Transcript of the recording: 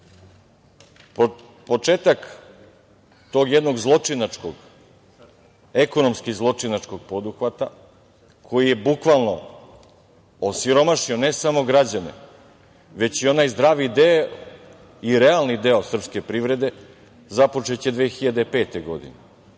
tog jednog zločinačkog, ekonomski zločinačkog poduhvata koji je bukvalno osiromašio ne samo građane, već i onaj zdravi deo i realni deo srpske privrede, započeće 2005. godine.